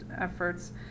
efforts